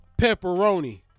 pepperoni